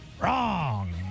Wrong